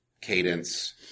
cadence